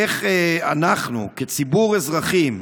איך אנחנו כציבור אזרחים,